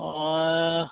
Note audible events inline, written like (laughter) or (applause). (unintelligible)